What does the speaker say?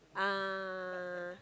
ah